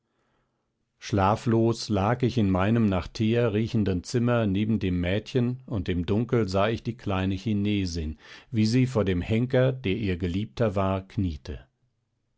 schlaflos lag ich in meinem nach teer riechenden zimmer neben dem mädchen und im dunkel sah ich die kleine chinesin wie sie vor dem henker der ihr geliebter war kniete